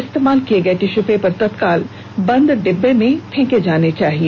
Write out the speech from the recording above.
इस्तेमाल किये गये टिश्यू पेपर तत्काल बंद डिब्बो में फेंके जाने चाहिए